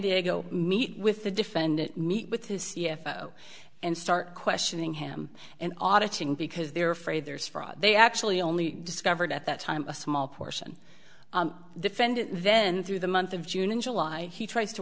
diego meet with the defendant meet with his c f o and start questioning him and auditing because they're afraid there's fraud they actually only discovered at that time a small portion defendant then through the month of june and july he tries to